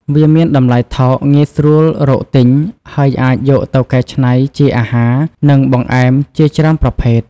វាមានតម្លៃថោក ងាយស្រួលរកទិញ ហើយអាចយកទៅកែច្នៃជាអាហារ និងបង្អែមជាច្រើនប្រភេទ។